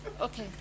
Okay